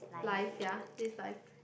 life ya this life